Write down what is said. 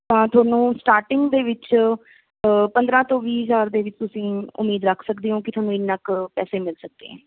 ਤਾਂ ਤੁਹਾਨੂੰ ਸਟਾਰਟਿੰਗ ਦੇ ਵਿੱਚ ਪੰਦਰ੍ਹਾਂ ਤੋਂ ਵੀਹ ਹਜ਼ਾਰ ਦੇ ਵਿੱਚ ਤੁਸੀਂ ਉਮੀਦ ਰੱਖ ਸਕਦੇ ਹੋ ਕਿ ਤੁਹਾਨੂੰ ਇੰਨਾ ਕੁ ਪੈਸੇ ਮਿਲ ਸਕਦੇ ਹੈ